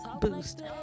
boost